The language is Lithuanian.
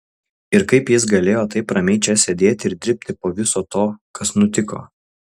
ir kaip jis galėjo taip ramiai čia sėdėti ir dirbti po viso to kas nutiko